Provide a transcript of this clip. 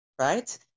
right